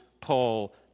Paul